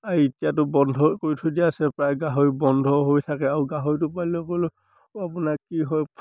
এতিয়াতো বন্ধ কৰি থৈ দিয়া আছে প্ৰায় গাহৰি বন্ধ হৈ থাকে আৰু গাহৰিটো পালিলে কৰিলেও আপোনাৰ কি হয়